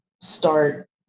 start